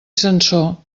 sansor